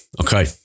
Okay